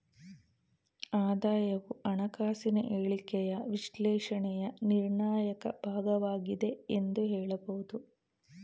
ಆದಾಯವು ಹಣಕಾಸಿನ ಹೇಳಿಕೆಯ ವಿಶ್ಲೇಷಣೆಯ ನಿರ್ಣಾಯಕ ಭಾಗವಾಗಿದೆ ಎಂದು ಹೇಳಬಹುದು